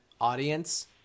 audience